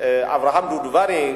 אברהם דובדבני,